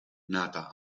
nata